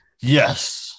yes